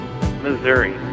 Missouri